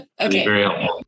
Okay